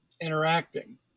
interacting